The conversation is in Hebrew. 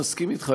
מסכים אתך,